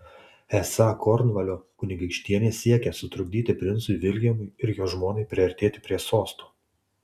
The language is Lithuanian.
esą kornvalio kunigaikštienė siekia sutrukdyti princui viljamui ir jo žmonai priartėti prie sosto